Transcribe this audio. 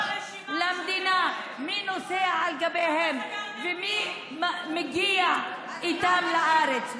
למדינה מי נוסע עליהם ומי מגיע איתם לארץ?